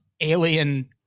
alien